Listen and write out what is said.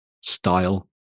style